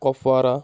Kupwara